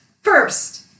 First